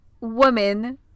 woman